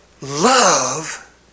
love